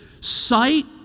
sight